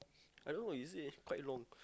I don't know is it quite long